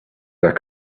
that